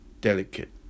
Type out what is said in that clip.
delicate